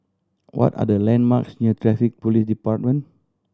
what are the landmarks near Traffic Police Department